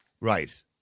Right